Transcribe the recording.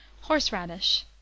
Horseradish